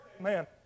Man